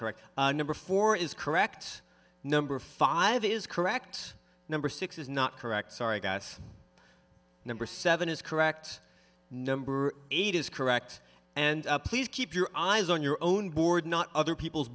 correct number four is correct number five is correct number six is not correct sorry guys number seven is correct number eight is correct and please keep your eyes on your own board not other people